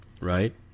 right